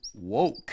woke